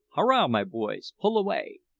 hurrah, my boys, pull away!